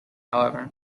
however